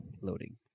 Loading